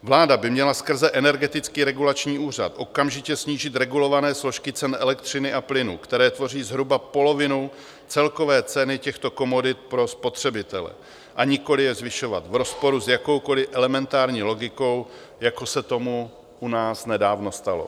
Vláda by měla skrze Energetický regulační úřad okamžitě snížit regulované složky cen elektřiny a plynu, které tvoří zhruba polovinu celkové ceny těchto komodit pro spotřebitele, a nikoliv je zvyšovat v rozporu s jakoukoliv elementární logikou, jako se tomu u nás nedávno stalo.